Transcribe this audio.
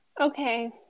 Okay